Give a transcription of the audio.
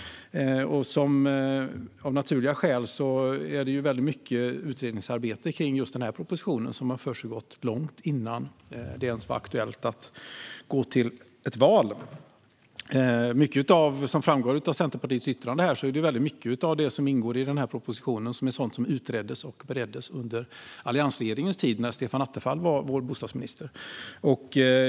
Av naturliga skäl har det varit mycket utredningsarbete kring propositionen långt innan det ens var aktuellt att gå till ett val. Som framgår av Centerpartiets yttrande utreddes och bereddes mycket av det som ingår i propositionen under alliansregeringens tid, när Stefan Attefall var vår bostadsminister.